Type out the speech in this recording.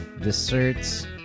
desserts